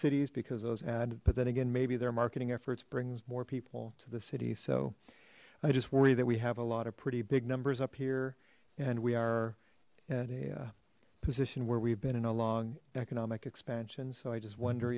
cities because those add but then again maybe their marketing efforts brings more people to the city so i just worry that we have a lot of pretty big numbers up here and we are in a position where we've been in a long economic expansion so i just wonder